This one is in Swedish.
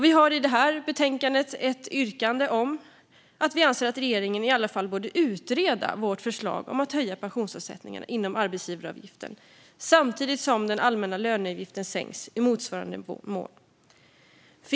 Vi har i det här betänkandet ett yrkande om att regeringen i alla fall borde utreda vårt förslag om att höja pensionsavsättningarna inom arbetsgivaravgiften samtidigt som den allmänna löneavgiften sänks i motsvarande mån.